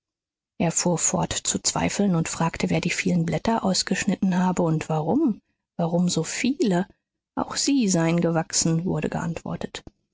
er fuhr fort zu zweifeln und fragte wer die vielen blätter ausgeschnitten habe und warum warum so viele auch sie seien gewachsen wurde geantwortet